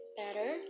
better